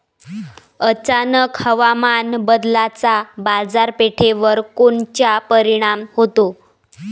अचानक हवामान बदलाचा बाजारपेठेवर कोनचा परिणाम होतो?